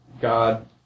God